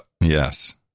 Yes